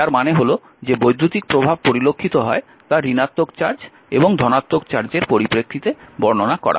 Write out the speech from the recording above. যার মানে হল যে বৈদ্যুতিক প্রভাব পরিলক্ষিত হয় তা ঋণাত্মক চার্জ এবং ধনাত্মক চার্জের পরিপ্রেক্ষিতে বর্ণনা করা হয়